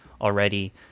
already